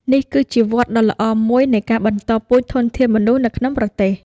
នេះគឺជាវដ្តដ៏ល្អមួយនៃការបន្តពូជធនធានមនុស្សនៅក្នុងប្រទេស។